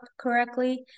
correctly